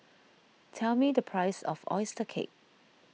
tell me the price of Oyster Cake